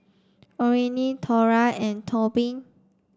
Orene Thora and Tobin